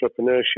entrepreneurship